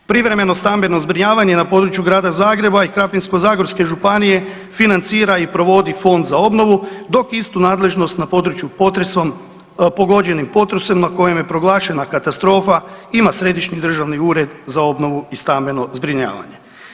Privremeno stambeno zbrinjavanje na području Grada Zagreba i Krapinsko-zagorske županije financira i provodi Fond za obnovu, dok istu nadležnost na području potresom, pogođenim potresom na kojem je proglašena katastrofa ima Središnji državni ured za obnovu i stambeno zbrinjavanje.